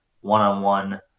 one-on-one